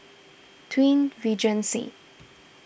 Twin Regency